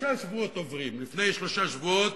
שלושה שבועות עוברים, ולפני שלושה שבועות